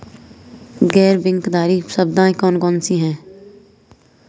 गैर बैंककारी संस्थाएँ कौन कौन सी हैं?